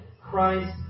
Christ